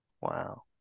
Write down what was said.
wow